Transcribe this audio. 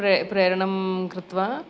प्रे प्रेरणां कृत्वा